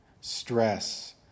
stress